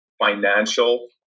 financial